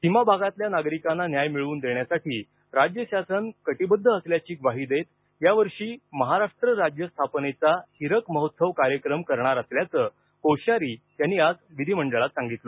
सीमा भागातल्या नागरिकांना न्याय मिळवून देण्यासाठी राज्य शासन कटिबद्ध असल्याची ग्वाही देत यावर्षी महाराष्ट्र राज्य स्थापनेचा हिरक महोत्सव कार्यक्रम करणार असल्याचं कोश्यारी यांनी आज विधिमंडळात सांगितलं